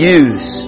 use